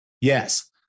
Yes